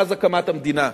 מאז הקמת המדינה,